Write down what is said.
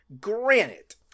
Granite